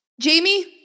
Jamie